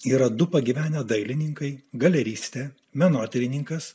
yra du pagyvenę dailininkai galeristė menotyrininkas